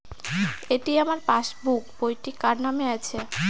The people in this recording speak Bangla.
এটি আমার পাসবুক বইটি কার নামে আছে?